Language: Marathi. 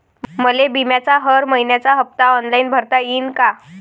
मले बिम्याचा हर मइन्याचा हप्ता ऑनलाईन भरता यीन का?